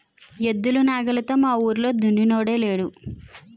ఎద్దులు నాగలితో మావూరిలో దున్నినోడే లేడు